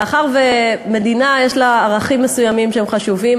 מאחר שלמדינה יש ערכים מסוימים שהם חשובים,